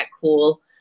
cool